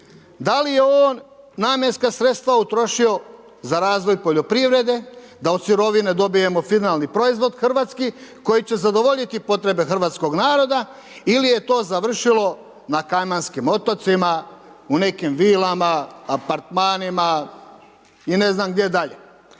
Da li je on namjenska sredstva utrošio za razvoj poljoprivrede, da od sirovine dobijemo finalni proizvod, hrvatski, koji će zadovoljiti potrebe hrvatskog naroda ili je to završilo na Kajmanskim otocima, u nekim vilama, apartmanima i ne znam gdje dalje?